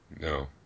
No